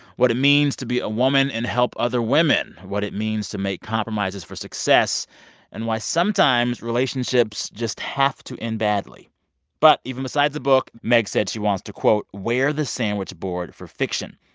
what it means to be a woman and help other women, what it means to make compromises for success and why sometimes relationships just have to end badly but even besides the book, meg said she wants to, quote, wear the sandwich board for fiction.